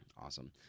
Awesome